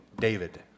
David